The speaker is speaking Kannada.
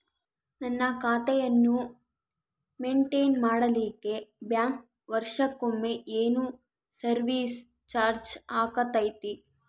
ನನ್ನ ಖಾತೆಯನ್ನು ಮೆಂಟೇನ್ ಮಾಡಿಲಿಕ್ಕೆ ಬ್ಯಾಂಕ್ ವರ್ಷಕೊಮ್ಮೆ ಏನು ಸರ್ವೇಸ್ ಚಾರ್ಜು ಹಾಕತೈತಿ?